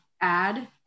add